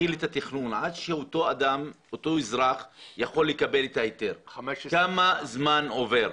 מתחיל את התכנון עד שאותו אזרח יכול לקבל את ההיתר כמה זמן עובר?